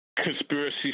conspiracy